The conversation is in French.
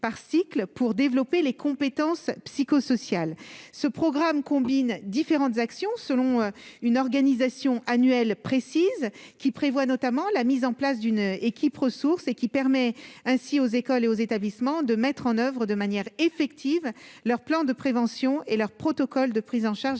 par cycle pour développer les compétences psychosociales ce programme combine différentes actions selon une organisation annuelle, précise, qui prévoit notamment la mise en place d'une équipe ressources et qui permet ainsi aux écoles et aux établissements de mettre en oeuvre de manière effective leur plan de prévention et leur protocole de prise en charge,